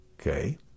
Okay